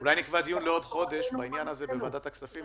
אולי נקבע דיון לעוד חודש בעניין הזה בוועדת הכספים.